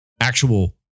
actual